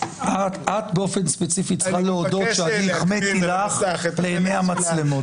את באופן ספציפי צריכה להודות שאני החמאתי לך לעיני המצלמות.